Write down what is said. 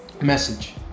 message